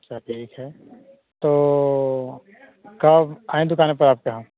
अच्छा ठीक है तो कब आएँ दुकान पर आपके हम